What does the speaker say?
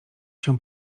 się